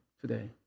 today